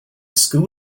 school